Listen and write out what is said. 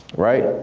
right?